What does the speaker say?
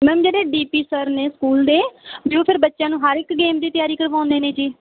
ma'am ਜਿਹੜੇ D P sir ਨੇ school ਦੇ ਵੀ ਉਹ ਫਿਰ ਬੱਚਿਆਂ ਨੂੰ ਹਰ ਇੱਕ ਗੇਮ ਦੀ ਤਿਆਰੀ ਕਰਵਾਉਂਦੇ ਨੇ ਜੀ